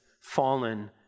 fallen